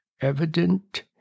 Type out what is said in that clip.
evident